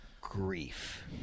grief